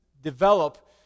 develop